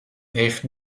heeft